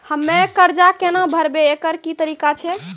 हम्मय कर्जा केना भरबै, एकरऽ की तरीका छै?